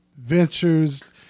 ventures